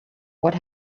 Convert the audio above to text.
what